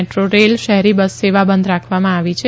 metro rail શહેરી bus સેવા બંધ રાખવામાં આવી છે